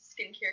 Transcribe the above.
skincare